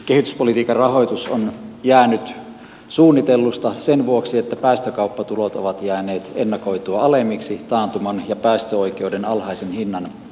kehityspolitiikan rahoitus on jäänyt suunnitellusta sen vuoksi että päästökauppatulot ovat jääneet ennakoitua alemmiksi taantuman ja päästöoikeuden alhaisen hinnan takia